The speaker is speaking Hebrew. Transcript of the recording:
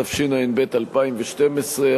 התשע"ב 2012,